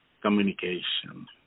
communication